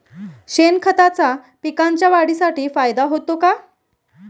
शेणखताचा पिकांच्या वाढीसाठी फायदा होतो का?